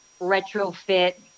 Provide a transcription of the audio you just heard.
retrofit